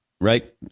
right